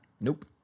Nope